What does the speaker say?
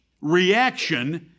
reaction